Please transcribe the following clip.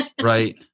Right